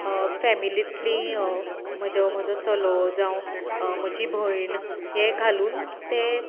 फॅमिलींतलीं म्हजो म्हजो चलो जावं म्हजी भयण हें घालून तें